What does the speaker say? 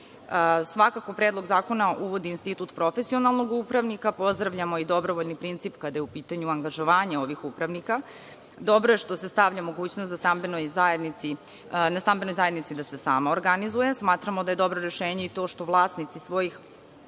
predloga zakona uvodi institut profesionalnog upravnika, pozdravljamo i dobrovoljni princip, kada je u pitanju angažovanje ovih upravnika, dobro je što stavlja mogućnost da stambenoj zajednici da se sama organizuje. Smatramo da je dobro rešenje i to što vlasnici svojih